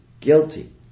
guilty